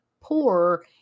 poor